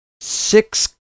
six